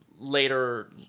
later